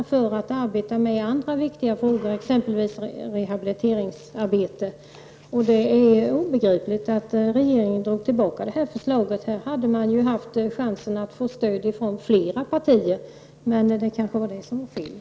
Dessa skulle i stället kunna arbeta med andra viktiga frågor, exempelvis rehabiliteringsarbete. Det är obegripligt att regeringen drog tillbaka förslaget. Regeringen hade ju här haft chansen att få stöd från flera partier. Men det kanske var det som var felet.